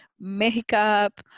makeup